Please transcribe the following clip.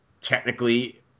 technically